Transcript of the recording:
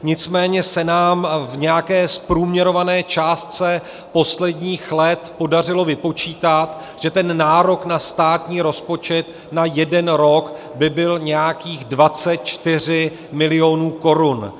Nicméně se nám v nějaké zprůměrované částce posledních let podařilo vypočítat, že ten nárok na státní rozpočet na jeden rok by byl nějakých 24 milionů korun.